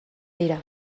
dira